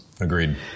Agreed